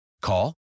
Call